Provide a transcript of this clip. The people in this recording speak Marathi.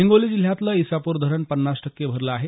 हिंगोली जिल्ह्यातलं इसापूर धरण पन्नास टक्के भरलं आहे